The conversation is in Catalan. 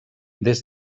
des